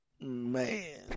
Man